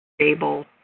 stable